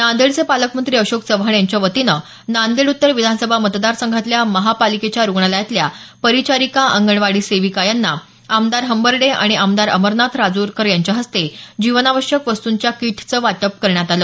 नांदेडचे पालकमंत्री अशोक चव्हाण यांच्या वतीनं नांदेड उत्तर विधानसभा मतदारसंघातल्या महापालिकेच्या रूग्णालयातल्या परिचारिका अंगणवाडी सेविका यांना आमदार हंबर्डे आणि आमदार अमरनाथ राजूरकर यांच्या हस्ते जीवनावश्यक वस्तूंच्या किटचं वाटप करण्यात आलं